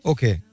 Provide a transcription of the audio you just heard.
Okay